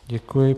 Děkuji.